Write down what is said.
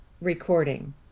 recording